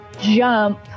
jump